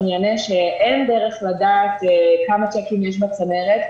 ואני אענה שאין דרך לדעת כמה צ'קים יש בצנרת.